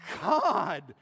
God